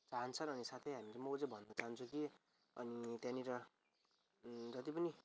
चाहन्छ र अनि साथै हामीहरू म चाहिँ भन्न चाहन्छु कि अनि त्यहाँनिर जत्ति पनि